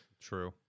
True